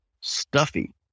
stuffy